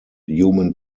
human